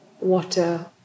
water